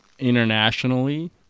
Internationally